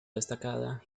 destacada